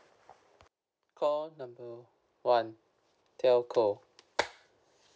call number one telco